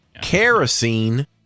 kerosene